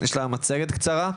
יש לה מצגת קצרה.